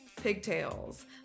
pigtails